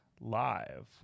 live